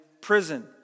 prison